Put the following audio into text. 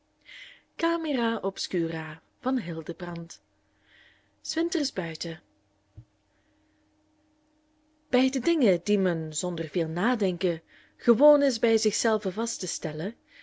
s winters buiten bij de dingen die men zonder veel nadenken gewoon is bij zichzelven vast te stellen